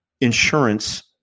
insurance